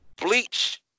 Bleach